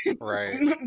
Right